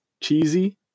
cheesy